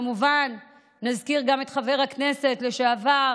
כמובן, נזכיר גם את חבר הכנסת לשעבר